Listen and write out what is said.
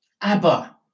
Abba